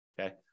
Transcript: okay